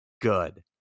good